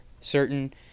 certain